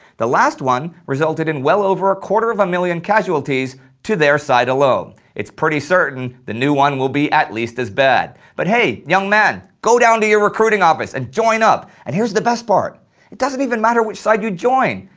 the last one resulted in well over a quarter of a million casualties to their side alone. it's pretty certain that the new one will be at least as bad. but hey, young man, go down to your recruiting office and join up, and here's the best part it doesn't even matter which side you join,